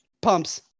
Pumps